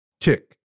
Tick